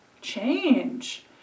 change